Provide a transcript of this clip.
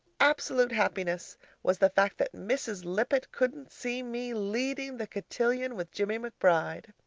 absolute happiness was the fact that mrs. lippett couldn't see me leading the cotillion with jimmie mcbride.